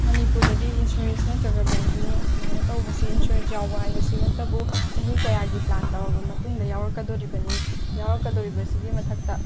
ꯃꯅꯤꯄꯨꯔꯗꯗꯤ ꯏꯟꯁꯨꯔꯦꯟꯁ ꯅꯠꯇ꯭ꯔꯒ ꯕꯦꯡꯀꯤꯡ ꯑꯁꯨꯃꯥꯏꯅ ꯇꯧꯕꯁꯤ ꯏꯟꯁꯨꯔꯦꯟꯁ ꯌꯥꯎꯕ ꯍꯥꯏꯕꯁꯤꯃꯛꯇꯕꯨ ꯆꯍꯤ ꯀꯌꯥꯒꯤ ꯄ꯭ꯂꯥꯟ ꯇꯧꯔꯕ ꯃꯇꯨꯡꯗ ꯌꯥꯎꯔꯛꯀꯗꯣꯔꯤꯕꯅꯤ ꯌꯥꯎꯔꯛꯀꯗꯣꯔꯤꯕꯁꯤꯒꯤ ꯃꯊꯛꯇ